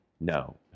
No